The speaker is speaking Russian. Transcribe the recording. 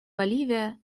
боливия